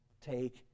take